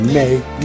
make